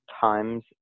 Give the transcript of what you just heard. times